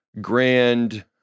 grand